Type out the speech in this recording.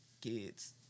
Kids